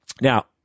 Now